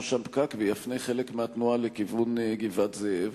שם פקק ויפנה חלק מהתנועה לכיוון גבעת-זאב?